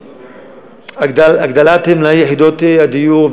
הגדלת מלאי יחידות הדיור,